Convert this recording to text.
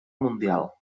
mundial